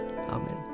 Amen